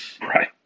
Right